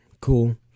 cool